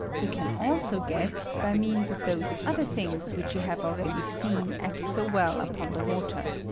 we can also get by means of those other things which you have already seen act so well upon the water.